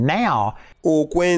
now